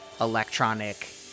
electronic